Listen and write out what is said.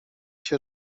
się